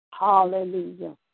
hallelujah